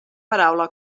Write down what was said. paraula